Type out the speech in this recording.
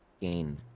gain